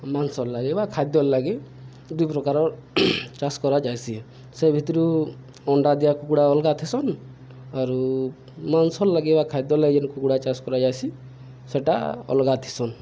ମାଂସର୍ ଲାଗି ବା ଖାଦ୍ୟର ଲାଗି ଦୁଇ ପ୍ରକାର ଚାଷ କରାଯାଇଏସି ସେ ଭିତରୁ ଅଣ୍ଡା ଦିଆ କୁକୁଡ଼ା ଅଲଗା ଥିସନ୍ ଆରୁ ମାଂସର୍ ଲାଗି ବା ଖାଦ୍ୟ ଲାଗି ଯେନ୍ କୁକୁଡ଼ା ଚାଷ କରାଯାଏସି ସେଟା ଅଲଗା ଥିସନ୍